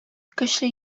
көчле